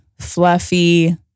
fluffy